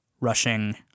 rushing